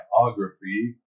biography